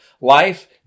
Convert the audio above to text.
life